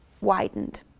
widened